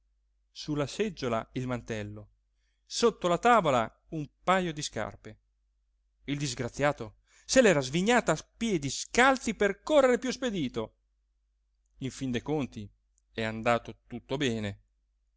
la seggiola il mantello sotto la tavola un pajo di scarpe il disgraziato se l'era svignata a piedi scalzi per correre piú spedito in fin dei conti è andato tutto bene